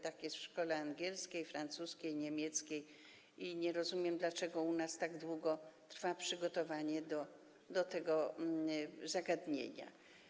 Tak jest w szkołach angielskiej, francuskiej czy niemieckiej i nie rozumiem, dlaczego u nas tak długo trwa przygotowanie tego zagadnienia.